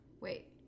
Wait